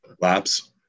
lapse